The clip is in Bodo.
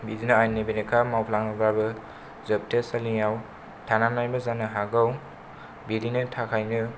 बिदिनो आइननि बेरेखा मावफ्लाङोब्लाबो जोबथेसालियाव थानांनायबो जानो हागौ बिदिनो थाखायनो